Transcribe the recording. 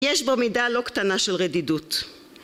יש בו מידה לא קטנה של רדידות